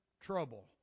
trouble